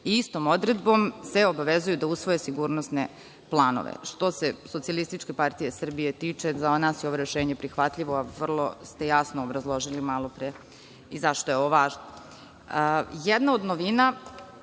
Istom odredbom se obavezuju da usvoje sigurnosne planove. Što se SPS tiče, za nas je ovo rešenje prihvatljivo. Vrlo ste jasno obrazložili malopre i zašto je ovo